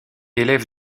élève